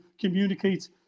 communicate